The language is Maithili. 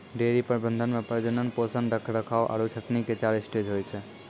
डेयरी प्रबंधन मॅ प्रजनन, पोषण, रखरखाव आरो छंटनी के चार स्टेज होय छै